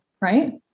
right